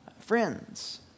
Friends